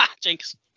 Jinx